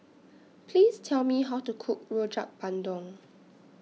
Please Tell Me How to Cook Rojak Bandung